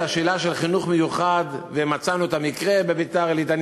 השאלה של החינוך המיוחד ומצאנו את המקרה בביתר-עילית.